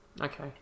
Okay